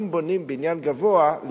אם בונים בניין גבוה,